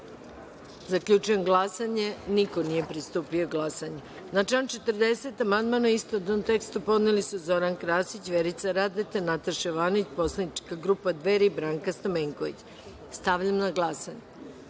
amandman. Zaključujem glasanje – niko nije pristupio glasanju. Na član 40. amandman u istovetnom tekstu podneli su Zoran Krasić, Vjerica Radeta i Nataša Jovanović i poslanička grupa Dveri i Branka Stamenković. Stavljam na glasanje